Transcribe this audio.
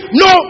no